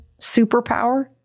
superpower